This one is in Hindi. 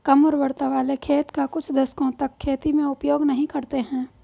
कम उर्वरता वाले खेत का कुछ दशकों तक खेती में उपयोग नहीं करते हैं